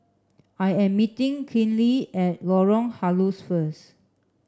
I am meeting Kinley at Lorong Halus first